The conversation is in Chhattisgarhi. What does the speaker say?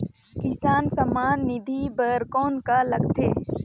किसान सम्मान निधि बर कौन का लगथे?